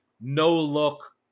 no-look